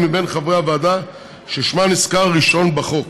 מבין חברי הוועדה ששמה נזכר ראשון בחוק